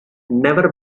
never